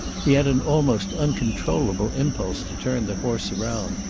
he had an almost uncontrollable impulse to turn the horse around,